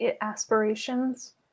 aspirations